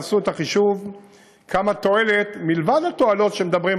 תעשו את החישוב כמה תועלת מלבד התועלות שמדברים,